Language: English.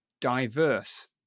diverse